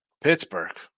Pittsburgh